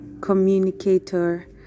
communicator